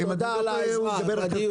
תודה על העזרה לדיון...